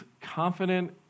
confident